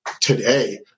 today